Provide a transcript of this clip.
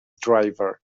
driver